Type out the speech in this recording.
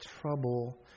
trouble